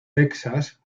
texas